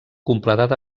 completat